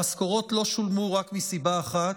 המשכורות לא שולמו רק מסיבה אחת,